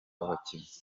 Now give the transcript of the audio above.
abakinnyi